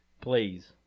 Please